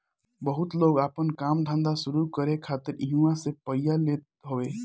बहुते लोग आपन काम धंधा शुरू करे खातिर इहवा से पइया लेत हवे